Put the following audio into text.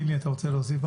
קינלי, אתה רוצה להוסיף?